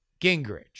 Gingrich